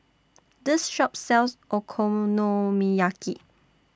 This Shop sells Okonomiyaki